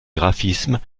graphismes